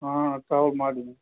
ಹಾಂ ಸವ್ಲ್ ಮಾಡಿ ನೀವು